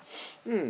um